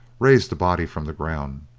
raised the body from the ground,